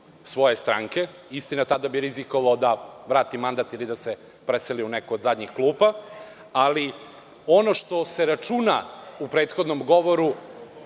svoje stranke, istina tada bi rizikovao da vrati mandat ili da se preseli u neku od zadnjih klupa, ali ono što se računa u prethodnom govoru,